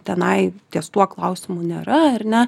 tenai ties tuo klausimu nėra ar ne